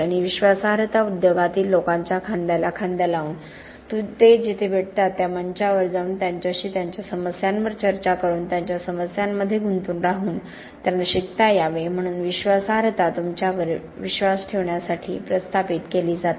आणि विश्वासार्हता उद्योगातील लोकांच्या खांद्याला खांदा लावून ते जिथे भेटतात त्या मंचावर जाऊन त्यांच्याशी त्यांच्या समस्यांवर चर्चा करून त्यांच्या समस्यांमध्ये गुंतून राहून त्यांना शिकता यावे म्हणून विश्वासार्हता तुमच्यावर विश्वास ठेवण्यासाठी प्रस्थापित केली जाते